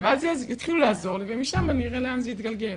ואז יתחילו לעזור לי ומשם אני אראה לאן זה יתגלגל.